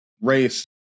race